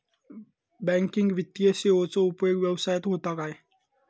Banking वित्तीय सेवाचो उपयोग व्यवसायात होता काय?